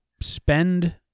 spend